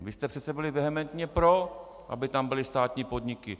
Vy jste přece byli vehementně pro, aby tam byly státní podniky.